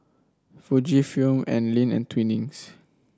Fujifilm Anlene and Twinings